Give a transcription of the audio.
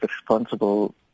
responsible